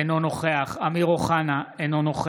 אינו נוכח אמיר אוחנה,